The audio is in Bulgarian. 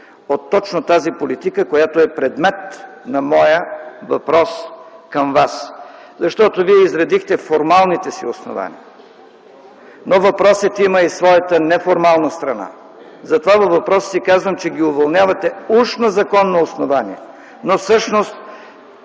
от точно тази политика, която е предмет на моя въпрос към Вас. Защото Вие изредихте формалните си основания, но въпросът има и своята неформална страна. Затова във въпроса си казвам, че ги уволнявате уж на законно основание, но всъщност